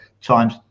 times